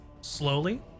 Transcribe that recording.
slowly